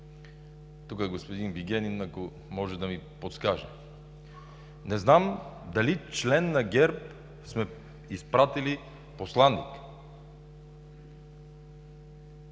Тук е господин Вигенин, ако може да ми подскаже. Не знам дали член на ГЕРБ сме изпратили посланик,